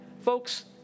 folks